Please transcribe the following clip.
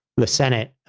the senate,